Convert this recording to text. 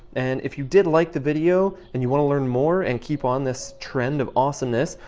and if you did like the video and you wanna learn more and keep on this trend of awesomeness,